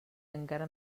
encara